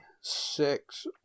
Six